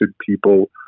people